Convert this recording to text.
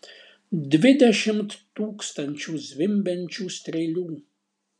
dvidešimt tūkstančių zvimbiančių strėlių